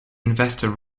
investor